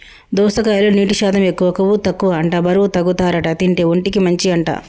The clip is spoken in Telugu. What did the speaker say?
దోసకాయలో నీటి శాతం ఎక్కువ, కొవ్వు తక్కువ అంట బరువు తగ్గుతారట తింటే, ఒంటికి మంచి అంట